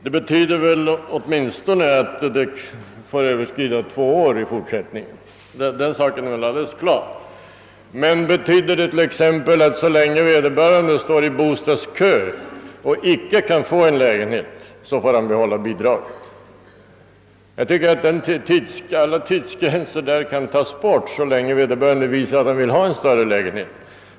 Det betyder väl åtminstone att övergångstiden får överskrida två år i fortsättningen, den saken är alldeles klar, men betyder det t.ex. också att så länge vederbörande står i bostadskö och icke kan få en lägenhet får han behålla bidraget? Enligt min mening kan alla tidsgränser i detta avseende tas bort så länge vederbörande visar att han vill ha större lägenhet.